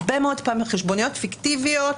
חשבוניות פיקטיביות.